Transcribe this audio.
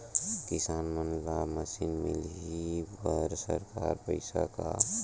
किसान मन ला मशीन मिलही बर सरकार पईसा का?